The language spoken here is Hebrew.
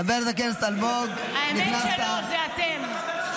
חבר הכנסת אלמוג, נכנסת, האמת שלא, זה אתם.